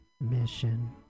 mission